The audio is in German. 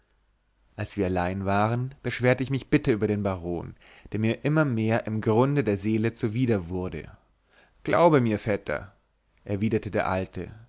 als wir allein waren beschwerte ich mich bitter über den baron der mir immer mehr im grunde der seele zuwider werde glaube mir vetter erwiderte der alte